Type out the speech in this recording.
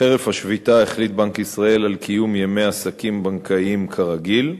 1 2. חרף השביתה החליט בנק ישראל על קיום ימי עסקים בנקאיים כרגיל,